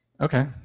Okay